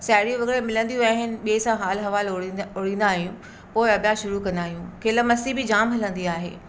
साहेड़ियूं वग़ैरह मिलंदियूं आहिनि ॿिए सां हाल अहवालु ओड़िंद ओड़ीदा आहियूं पोइ अभ्यासु शुरू कंदा आहियूं खिल मस्ती बि जाम हलंदी आहे